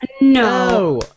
No